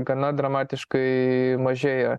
gana dramatiškai mažėja